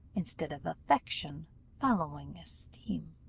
instead of affection following esteem.